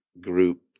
group